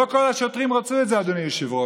לא כל השוטרים רצו את זה, אדוני היושב-ראש.